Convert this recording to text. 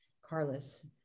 Carlos